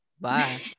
bye